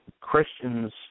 Christians